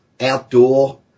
outdoor